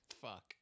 Fuck